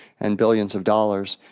and billions of dollars,